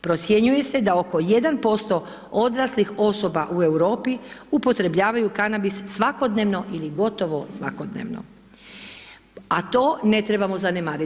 Procjenjuje se da oko 1% odraslih osoba u Europi upotrebljavaju kanabis svakodnevno ili gotovo svakodnevno a to ne trebamo zanemariti.